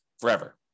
forever